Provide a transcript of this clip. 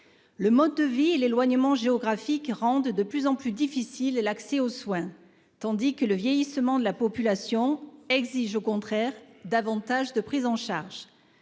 Le mode de vie et l'éloignement géographique rendent de plus en plus difficiles et l'accès aux soins, tandis que le vieillissement de la population exige au contraire davantage de prise en charge.